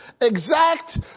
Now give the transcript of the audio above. exact